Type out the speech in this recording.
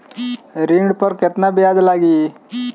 ऋण पर केतना ब्याज लगी?